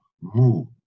move